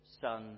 son